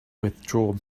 withdraw